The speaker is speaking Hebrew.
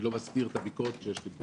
אני לא מסתיר את הביקורת כשיש לי,